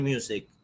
Music